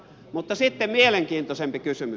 mutta sitten mielenkiintoisempi kysymys